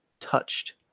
touched